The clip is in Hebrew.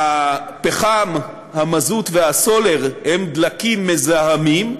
הפחם, המזוט והסולר הם דלקים מזהמים,